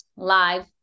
live